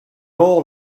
all